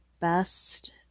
best